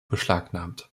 beschlagnahmt